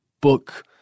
book